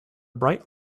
bright